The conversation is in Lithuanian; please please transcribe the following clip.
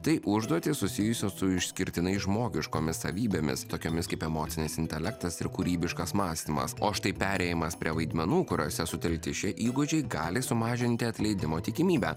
tai užduotys susijusios su išskirtinai žmogiškomis savybėmis tokiomis kaip emocinis intelektas ir kūrybiškas mąstymas o štai perėjimas prie vaidmenų kuriose sutelkti šie įgūdžiai gali sumažinti atleidimo tikimybę